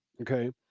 okay